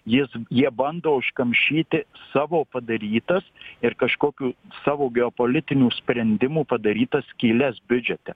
jėzum jie bando užkamšyti savo padarytas ir kažkokių savo geopolitinių sprendimų padarytas skyles biudžete